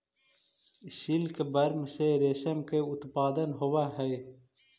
silkworm से रेशम के उत्पादन होवऽ हइ